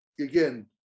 again